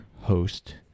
host